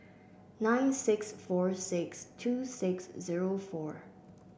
nine six four six two six zero four